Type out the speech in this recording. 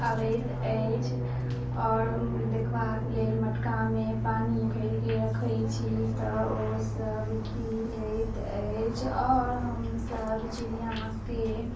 अबैत अछि आओर देखबाक लेल मटकामे पानि भैरि कऽ रखै छी तऽ ओ सभ पी लैत अइछ और हमसब चिड़ियाँके